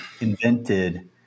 invented